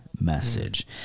message